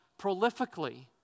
prolifically